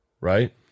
right